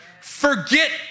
Forget